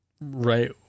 Right